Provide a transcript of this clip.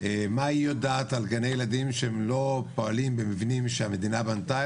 מה היא יודעת על גני ילדים שלא פועלים במבנים שהמדינה בנתה,